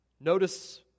Notice